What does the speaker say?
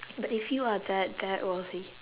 but if you are that that wealthy